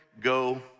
go